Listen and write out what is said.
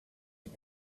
ich